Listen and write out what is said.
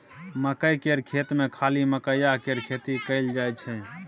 मकई केर खेत मे खाली मकईए केर खेती कएल जाई छै